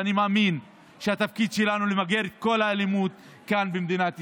ואני מאמין שהתפקיד שלנו הוא למגר את כל האלימות כאן במדינת ישראל.